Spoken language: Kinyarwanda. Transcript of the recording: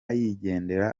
yigendera